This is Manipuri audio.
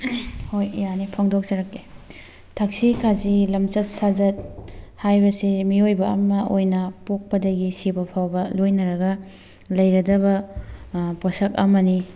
ꯍꯣꯏ ꯌꯥꯅꯤ ꯐꯣꯡꯗꯣꯛꯆꯔꯛꯀꯦ ꯊꯛꯁꯤ ꯈꯥꯁꯤ ꯂꯝꯆꯠ ꯁꯥꯖꯠ ꯍꯥꯏꯕꯁꯤ ꯃꯤꯑꯣꯏꯕ ꯑꯃ ꯑꯣꯏꯅ ꯄꯣꯛꯄꯗꯒꯤ ꯁꯤꯕ ꯐꯥꯎꯕ ꯂꯣꯏꯅꯔꯒ ꯂꯩꯔꯗꯕ ꯄꯣꯠꯁꯛ ꯑꯃꯅꯤ